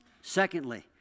secondly